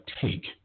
take